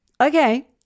okay